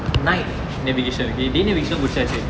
night navigation okay day navigation முடிச்சாச்சு:mudichachu